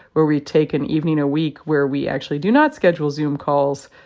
where we take an evening a week where we actually do not schedule zoom calls,